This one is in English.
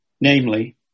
namely